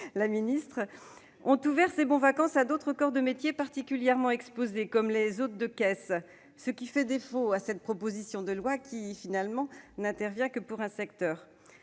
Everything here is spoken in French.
la ministre, ont ouvert ces bons-vacances à d'autres corps de métier particulièrement exposés, comme les hôtes de caisse, ce qui fait défaut à cette proposition de loi qui n'intervient que pour un seul